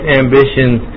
ambitions